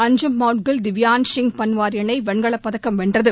அஞ்சும் மௌட்கில் திவ்யனேஷ் சிங் பன்வார் இணை வெண்கலப் பதக்கம் வென்றது